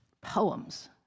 poems